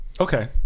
Okay